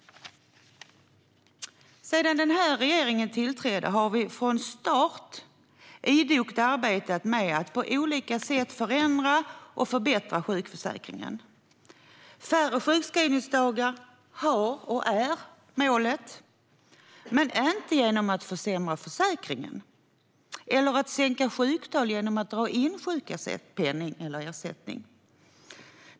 Sedan den här regeringen tillträdde har vi från start idogt arbetat med att på olika sätt förändra och förbättra sjukförsäkringen. Färre sjukskrivningsdagar var och är målet, men inte genom att försämra försäkringen eller att sänka sjuktal genom att dra in sjukpenning eller ersättning.